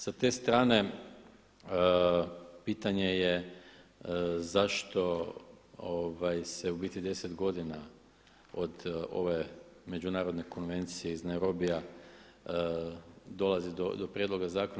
Sa te strane pitanje je zašto se u biti deset godina od ove Međunarodne konvencije iz Nairobija dolazi do prijedloga zakona?